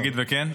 כן.